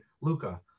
Luca